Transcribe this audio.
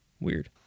Weird